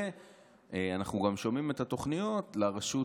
ואנחנו גם שומעים את התוכניות לרשות